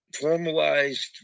Formalized